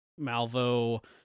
Malvo